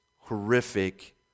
horrific